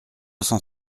cent